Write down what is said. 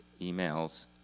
emails